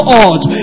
odds